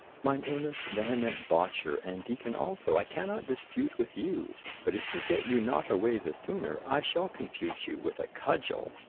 mine earnest vehement botcher, and deacon also, i cannot dispute with you but if you get you not away the sooner, i shall confute you with a cudgel.